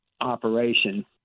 operation